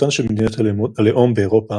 והתפתחותן של מדינות הלאום באירופה,